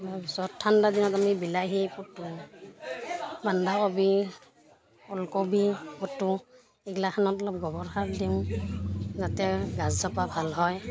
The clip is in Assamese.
তাৰপিছত ঠাণ্ডাদিনত আমি বিলাহী পুতোঁ বান্ধাকবি ওলকবি পুতোঁ এইগিলাখনত অলপ গোবৰ সাৰ দিওঁ যাতে গাছজোপা ভাল হয়